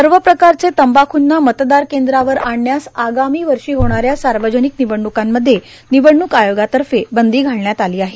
सर्व प्रकारचे तंबाखूंना मतदार केंद्रांवर आणण्यास आगामी वर्षी होणाऱ्या सार्वजनिक निवडणूकांमध्ये निवडणूक आयोगातर्फे बंदी घालण्यात आली आहे